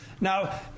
Now